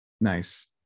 Nice